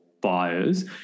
buyers